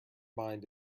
mind